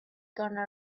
gonna